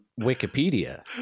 Wikipedia